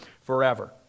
forever